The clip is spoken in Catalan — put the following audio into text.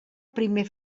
primer